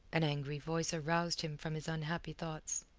an angry voice aroused him from his unhappy thoughts.